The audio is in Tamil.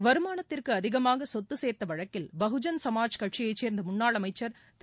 வருமானத்திற்குஅதிகமானசொத்துசேர்தவழக்கில் பகுஜன் சமாஜ்கட்சியைச் சேர்ந்தமுன்னாள் அமைச்சர் திரு